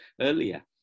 earlier